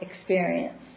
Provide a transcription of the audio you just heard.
experience